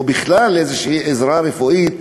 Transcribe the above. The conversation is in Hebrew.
או בכלל איזה עזרה רפואית,